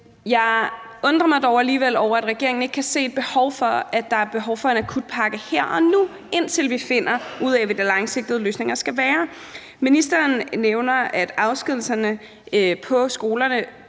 jeg undrer mig dog alligevel over, at regeringen ikke kan se, at der er behov for en akutpakke her og nu, indtil vi finder ud af, hvad de langsigtede løsninger skal være. Ministeren nævner, at afskedigelser ude på skolerne